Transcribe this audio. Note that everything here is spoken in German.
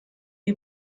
die